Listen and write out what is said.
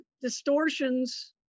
distortions